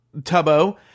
Tubbo